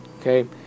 okay